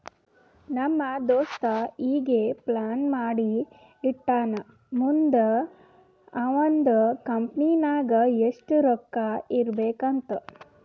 ನಮ್ ದೋಸ್ತ ಈಗೆ ಪ್ಲಾನ್ ಮಾಡಿ ಇಟ್ಟಾನ್ ಮುಂದ್ ಅವಂದ್ ಕಂಪನಿ ನಾಗ್ ಎಷ್ಟ ರೊಕ್ಕಾ ಇರ್ಬೇಕ್ ಅಂತ್